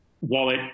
wallet